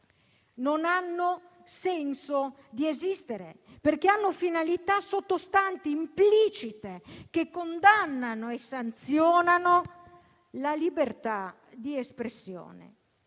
non hanno senso di esistere, perché hanno finalità sottostanti implicite, che condannano e sanzionano la libertà di espressione.